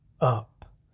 up